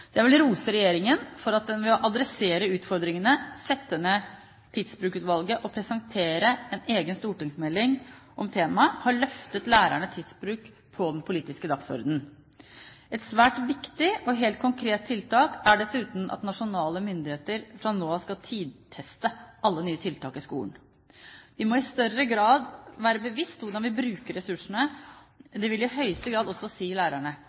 vil rose regjeringen for at den ved å adressere utfordringene, sette ned Tidsbrukutvalget og presentere en egen stortingsmelding om temaet har løftet lærernes tidsbruk opp på den politiske dagsordenen. Et svært viktig og helt konkret tiltak er dessuten at nasjonale myndigheter fra nå av skal tidsteste alle nye tiltak i skolen. Vi må i større grad være oss bevisst hvordan vi bruker ressursene – dvs. i høyeste grad også lærerne.